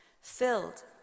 filled